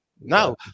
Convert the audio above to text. No